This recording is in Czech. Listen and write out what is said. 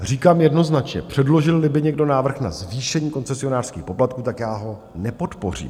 Říkám jednoznačně, předložilli by někdo návrh na zvýšení koncesionářských poplatků, tak já ho nepodpořím.